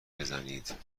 بزنید